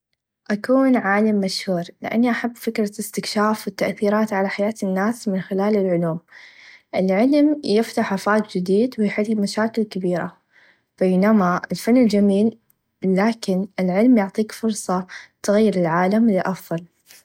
أكون عالم مشهور لإني أحب فكره إستكشاف و التأثيرات على حيات الناس من خلال العلوم العلم يفتح آفاق چديد و يحل مشاكل كبيره بينما الفن الچميل لاكن العلم يعطيك فرصه تغير العالم لأفظل.